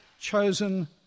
chosen